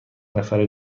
نفره